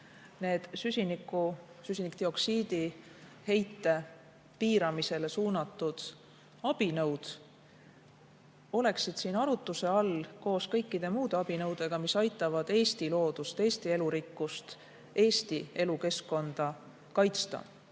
ka süsinikdioksiidi heite piiramisele suunatud abinõud oleksid siin arutuse all koos kõikide muude abinõudega, mis aitavad Eesti loodust, Eesti elurikkust, Eesti elukeskkonda kaitsta.